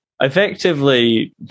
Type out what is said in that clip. effectively